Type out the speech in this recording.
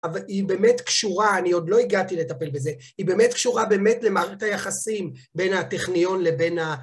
אבל היא באמת קשורה, אני עוד לא הגעתי לטפל בזה, היא באמת קשורה באמת למערכת היחסים בין הטכניון לבין ה...